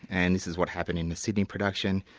and this is what happened in the sydney production.